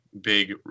big